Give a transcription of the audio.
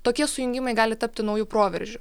tokie sujungimai gali tapti nauju proveržiu